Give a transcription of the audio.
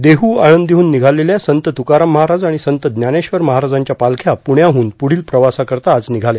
देहू आळंदीहून निघालेल्या संत तुकाराम महाराज आणि संत ज्ञानेश्वर महाराजांच्या पालख्या पुण्याहून पुढील प्रवासाकरिता आज निघाल्या